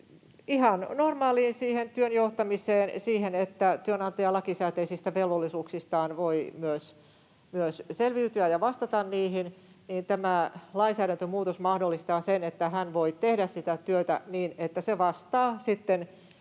Ihan normaaliin työn johtamiseen liittyen, siihen, että työnantaja voi myös selviytyä lakisääteisistä velvollisuuksistaan ja vastata niihin, tämä lainsäädäntömuutos mahdollistaa sen, että hän voi tehdä sitä työtä niin, että se vastaa sitten